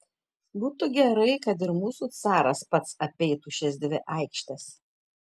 būtų gerai kad ir mūsų caras pats apeitų šias dvi aikštes